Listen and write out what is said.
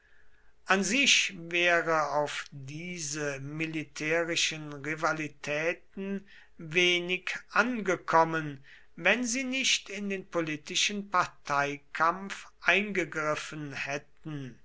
an sich wäre auf diese militärischen rivalitäten wenig angekommen wenn sie nicht in den politischen parteikampf eingegriffen hätten